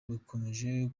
bukomeje